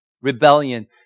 rebellion